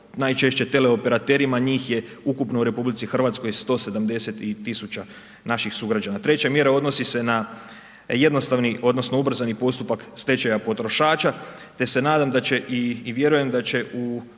najčešće teleoperaterima, njih je ukupno u RH 170.000 naših sugrađana. Treća mjera odnosi se na jednostavni odnosno ubrzani postupak stečaja potrošača ta se nadam da će i vjerujem da će u